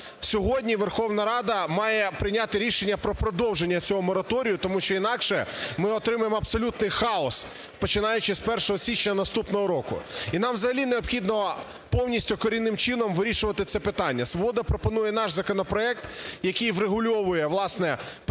Сьогодні Верховна Рада має прийняти рішення про продовження цього мораторію, тому що інакше ми отримаємо абсолютний хаос, починаючи з 1 січня наступного року і нам взагалі необхідно повністю, корінним чином вирішувати це питання. "Свобода" пропонує наш законопроект, який врегульовує, власне, питання